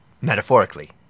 Metaphorically